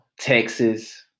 Texas